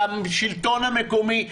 לשלטון המקומי,